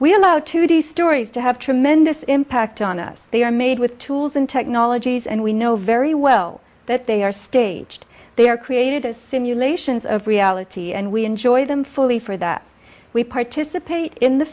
we allow to the stories to have tremendous impact on us they are made with tools and technologies and we know very well that they are staged they are created as simulations of reality and we enjoy them fully for that we participate in the